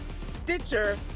Stitcher